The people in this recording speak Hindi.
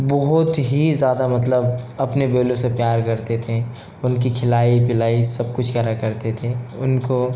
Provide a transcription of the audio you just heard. बहुत ही ज़्यादा मतलब अपने बैलों से प्यार करते थें उनकी खिलाई पिलाई सब कुछ करा करते थे उनको